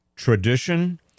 tradition